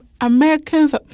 Americans